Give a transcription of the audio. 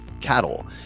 cattle